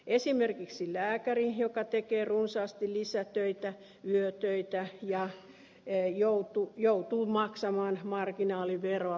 esimerkiksi lääkäri joka tekee runsaasti lisätöitä yötöitä joutuu maksamaan marginaaliveroa lisätuloistaan